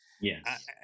Yes